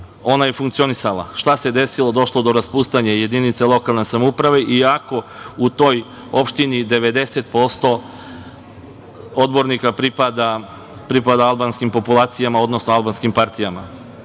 ona je funkcionisala. Šta se desilo? Došlo je do raspuštanja jedinica lokalne samouprave, iako u toj opštini 90% odbornika pripada albanskim populacijama, odnosno albanskim partijama. Još